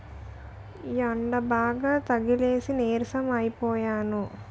యెండబాగా తగిలేసి నీరసం అయిపోనము